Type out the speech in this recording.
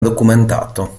documentato